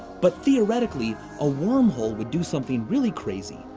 but, theoretically, a wormhole would do something really crazy.